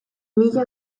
mila